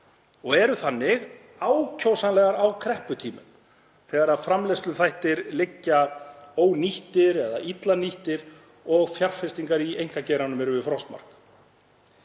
og eru þannig ákjósanlegar á krepputímum þegar framleiðsluþættir liggja ónýttir eða illa nýttir og fjárfestingar í einkageiranum eru við frostmark.